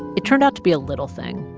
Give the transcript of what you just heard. it turned out to be a little thing.